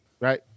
Right